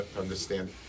understand